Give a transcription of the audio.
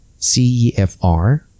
CEFR